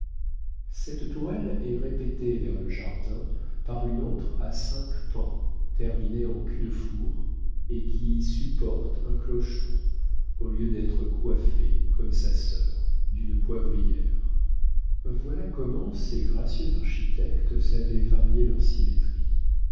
cette tourelle est répétée vers le jardin par une autre à cinq pans terminée en cul de four et qui supporte un clocheton au lieu d'être coiffée comme sa sœur d'une poivrière voilà comment ces gracieux architectes savaient varier leur symétrie